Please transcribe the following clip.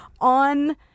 on